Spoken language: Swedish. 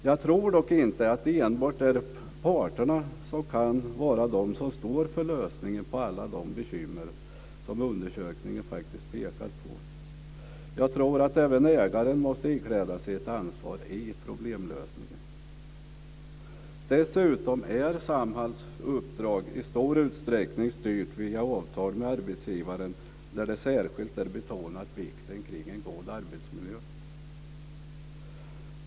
Jag tror dock inte att enbart parterna kan stå för lösningen på alla de bekymmer som undersökningen faktiskt pekar på. Även ägaren måste ikläda sig ett ansvar i problemlösningen. Dessutom är Samhalls uppdrag i stor utsträckning styrt via avtal med arbetsgivaren, där det särskilt är betonat vikten av en god arbetsmiljö.